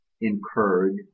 incurred